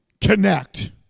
connect